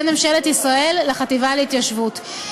להסדיר את היחסים בין ממשלת ישראל לחטיבה להתיישבות.